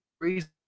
reason